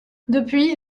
depuis